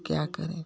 क्या करें